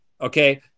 Okay